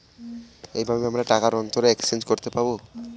এইভাবে আমরা টাকার অন্তরে এক্সচেঞ্জ করতে পাবো